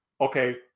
okay